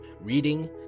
reading